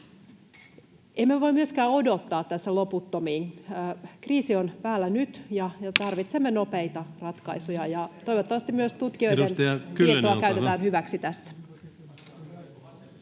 Emme voi myöskään odottaa tässä loputtomiin. Kriisi on päällä nyt, ja tarvitsemme nopeita ratkaisuja. Toivottavasti myös tutkijoiden tietoa käytetään hyväksi tässä.